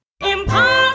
Impossible